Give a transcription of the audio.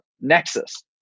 nexus